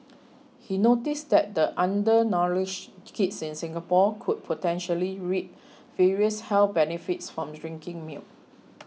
he noticed that the undernourished kids in Singapore could potentially reap various health benefits from drinking milk